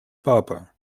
папа